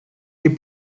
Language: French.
les